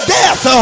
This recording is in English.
death